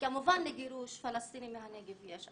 וכמובן לגירוש פלשתינים מהנגב יש,